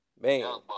Man